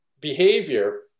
behavior